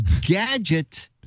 gadget